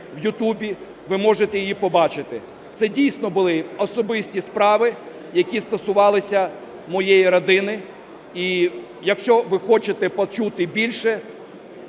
в YouTube, ви можете її побачити. Це дійсно були особисті справи, які стосувалися моєї родини. І, якщо ви хочете почути більше,